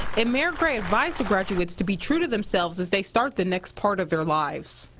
and mayor gray advised the graduates to be true to themselves as they start the next part of their lives.